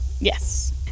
Yes